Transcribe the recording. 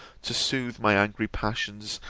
to sooth my angry passions,